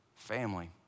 family